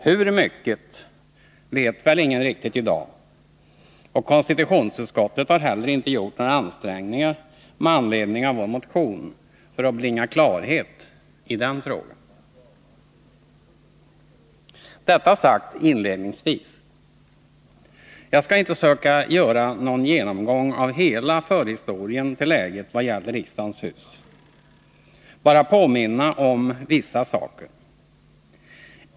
Hur mycket vet väl ingen riktigt i dag, och konstitutionsutskottet har heller inte gjort några ansträngningar med anledning av vår motion för att bringa klarhet i frågan. Detta sagt inledningsvis. Jag skall inte söka göra någon genomgång av hela förhistorien till läget vad gäller riksdagens hus — bara påminna om vissa saker.